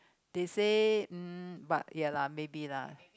they say um but ya lah maybe lah